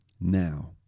now